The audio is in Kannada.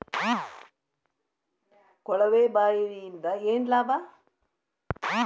ಕೊಳವೆ ಬಾವಿಯಿಂದ ಏನ್ ಲಾಭಾ?